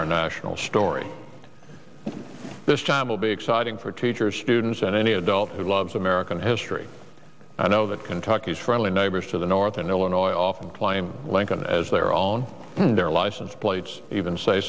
our national story this child will be exciting for teachers students and any adult who loves american history i know that kentucky's friendly neighbors to the north in illinois often claim lincoln as their own and their license plates even say